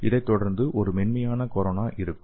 அதைத் தொடர்ந்து ஒரு மென்மையான கொரோனா இருக்கும்